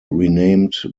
renamed